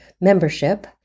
membership